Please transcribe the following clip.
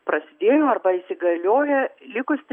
prasidėjo arba įsigalioja likus